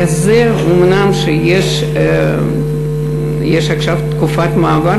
לזה אומנם יש עכשיו תקופת מעבר,